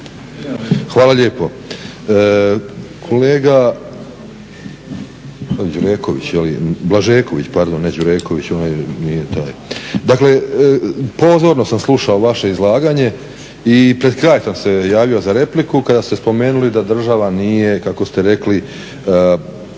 je li, Blažeković, pardon ne Đureković on nije taj. Dakle, pozorno sam slušao vaše izlaganje i pred kraj sam se javio za repliku kada ste spomenuli da država nije kako ste rekli